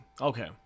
okay